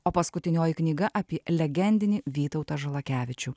o paskutinioji knyga apie legendinį vytautą žalakevičių